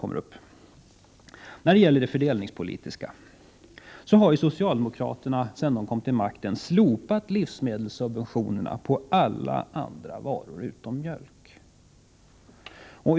Beträffande det fördelningspolitiska har socialdemokraterna, sedan de kom till makten, slopat livsmedelssubventionerna på alla andra varor än mjölk.